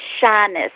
shyness